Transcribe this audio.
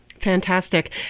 Fantastic